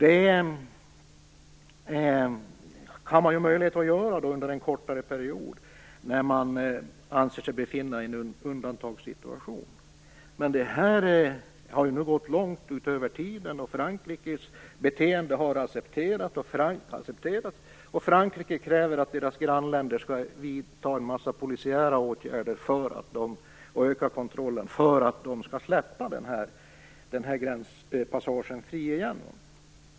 Detta har man möjlighet att göra under en kortare period, när man anser att det råder en undantagssituation, men man har nu gått långt utöver tiden. Frankrikes beteende har accepterats, och man kräver från Frankrikes sida att grannländerna skall vidta en mängd polisiära åtgärder och öka kontrollen för att man skall släppa gränspasseringen fri igen.